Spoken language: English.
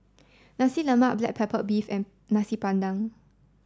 Nasi Lemak black pepper beef and Nasi Padang